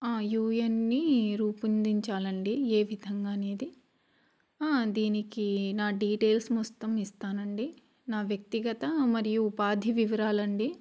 ఆ U N రూపొందించాలండి ఏ విధంగా అనేది దీనికి నా డీటెయిల్స్ మొస్తం ఇస్తానండి నా వ్యక్తిగత మరియు ఉపాధి వివరాలండి